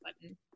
button